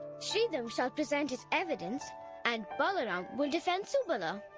sridham shall present his evidence and balaram will defend subala.